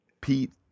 pete